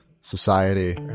society